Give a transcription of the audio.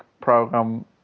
program